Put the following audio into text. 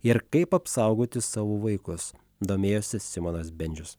ir kaip apsaugoti savo vaikus domėjosi simonas bendžius